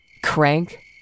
Crank